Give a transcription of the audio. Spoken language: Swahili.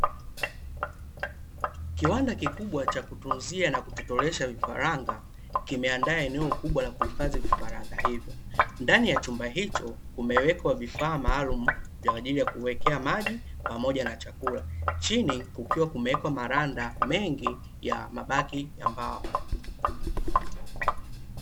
Kiwanda kikubwa cha kutunzia na kutotolesha vifaranga kimeandaa eneo kubwa la kuhifadhi vifaranga hivyo. Ndani ya chumba hicho kumewekwa vifaa maalumu, kwa ajili ya kuwekea maji, pamoja na chakula. Chini kukiwa kumewekwa maranda mengi ya mabaki ya mbao.